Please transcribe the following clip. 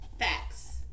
Facts